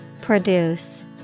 Produce